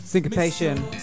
Syncopation